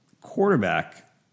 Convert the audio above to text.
Quarterback